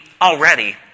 already